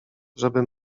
żeby